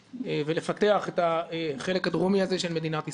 ולפתח את החלק הדרומי הזה של מדינת ישראל.